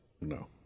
no